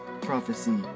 prophecy